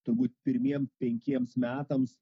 turbūt pirmiem penkiems metams